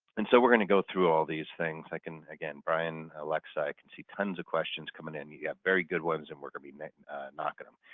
and so we're going to go through all these things. like and again, brian, alexa, i see tons of questions coming in. you've got very good ones and we're going to be knocking them.